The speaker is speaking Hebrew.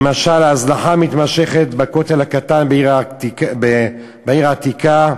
למשל, הזנחה מתמשכת בכותל הקטן בעיר העתיקה,